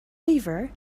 river